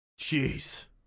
jeez